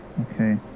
Okay